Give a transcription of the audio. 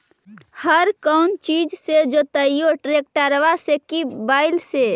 हर कौन चीज से जोतइयै टरेकटर से कि बैल से?